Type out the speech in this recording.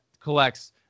collects